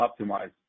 optimize